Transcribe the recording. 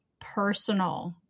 personal